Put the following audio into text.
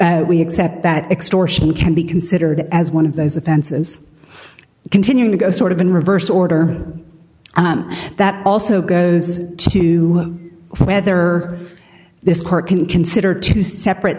if we accept that extortion can be considered as one of those offenses continuing to go sort of in reverse order and that also goes to whether this court can consider two separate